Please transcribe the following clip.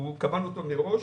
קבענו מראש.